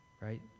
right